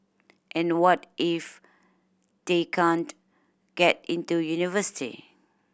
and what if they can't get into university